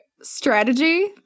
strategy